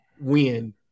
win